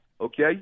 Okay